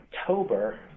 October